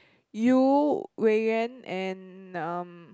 you Wei-Yan and um